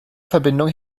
verbindung